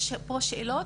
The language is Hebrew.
יש פה שאלות.